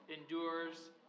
endures